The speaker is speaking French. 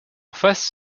face